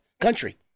country